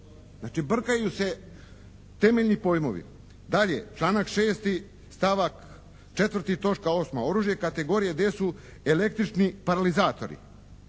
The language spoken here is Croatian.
Znači brkaju se temeljni pojmovi. Dalje, članak 6., stavak 4., točka 8. Oružje kategorije D su električni paralizatori.